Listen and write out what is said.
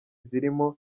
zirimo